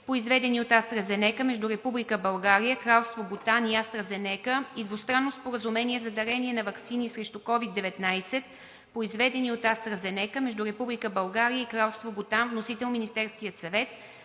произведени от „Астра Зенека“, между Република България, Кралство Бутан и „Астра Зенека“, и двустранно споразумение за дарение на ваксини срещу COVID-19, произведени от „Астра Зенека“, между Република България и Кралство Бутан. Вносител – Министерският съвет.